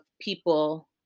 people